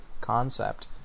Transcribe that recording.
concept